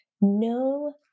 no